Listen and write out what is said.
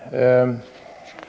Herr talman!